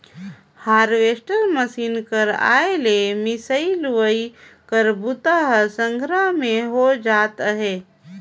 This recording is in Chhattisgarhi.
हारवेस्टर मसीन कर आए ले मिंसई, लुवई कर बूता ह संघरा में हो जात अहे